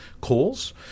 calls